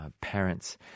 parents